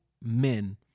men